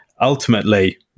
Ultimately